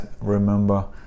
remember